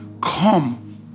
Come